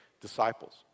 disciples